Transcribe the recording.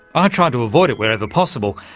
i try to avoid it wherever possible,